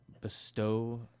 bestow